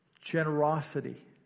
generosity